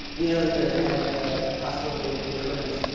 and the other third had ah possibility of recurrence.